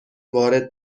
وارد